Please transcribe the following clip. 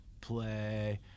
play –